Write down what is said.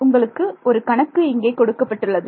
உங்களுக்கு ஒரு கணக்கு இங்கே கொடுக்கப்பட்டுள்ளது